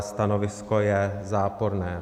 Stanovisko je záporné.